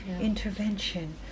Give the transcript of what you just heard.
intervention